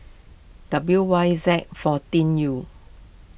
W Y Z fourteen U